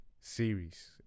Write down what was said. series